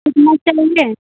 कितना चाहिए